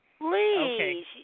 Please